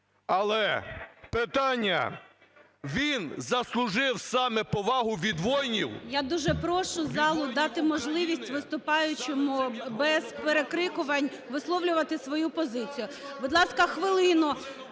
Але питання: він заслужив саме повагу від воїнів… ГОЛОВУЮЧИЙ. Я дуже прошу залу дати можливість виступаючому без перекрикувань висловлювати свою позицію. (Шум у залі) Будь ласка, хвилину!